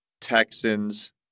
Texans